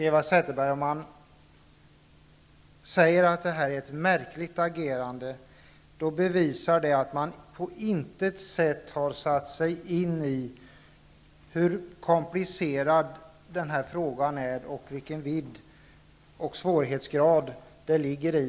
Eva Zetterberg, om man säger att detta är ett märkligt agerande bevisar det att man på intet sätt har satt sig in i hur komplicerad den här frågan är och vilken vidd och svårighetsgrad den har.